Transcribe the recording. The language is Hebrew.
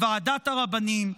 לוועדת הרבנים,